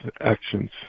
actions